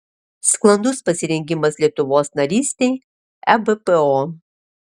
sklandus pasirengimas lietuvos narystei ebpo